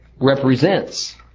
represents